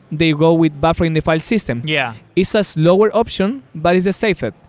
they go with buffering the file system. yeah it's a slower option, but it's safer.